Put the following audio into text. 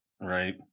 right